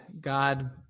God